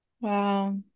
Wow